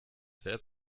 wer